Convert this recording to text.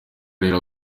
rero